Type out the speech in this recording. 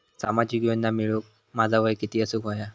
सामाजिक योजना मिळवूक माझा वय किती असूक व्हया?